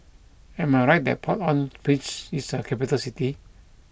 am I right that Port au Prince is a capital city